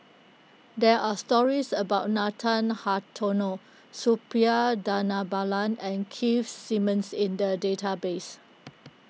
there are stories about Nathan Hartono Suppiah Dhanabalan and Keith Simmons in the database